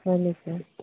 হয় নেকি